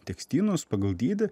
tekstynus pagal dydį